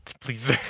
Please